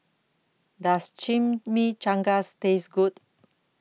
Does Chimichangas Taste Good